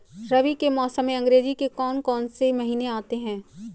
रबी के मौसम में अंग्रेज़ी के कौन कौनसे महीने आते हैं?